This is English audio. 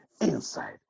inside